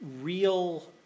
real